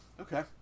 Okay